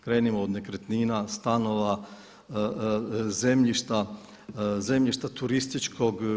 Krenimo od nekretnina, stanova, zemljišta, zemljišta turističkog.